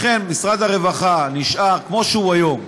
לכן, משרד הרווחה נשאר כמו שהוא היום,